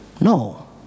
No